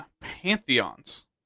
Pantheons